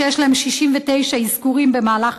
שיש להם 69 אזכורים במהלך